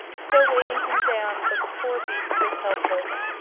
so weighting him down that the poor beast was helpless.